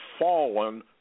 fallen